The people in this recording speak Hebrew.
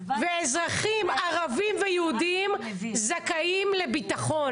אזרחים ערבים ויהודים זכאים לביטחון